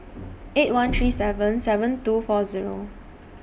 eight one three seven seven two four Zero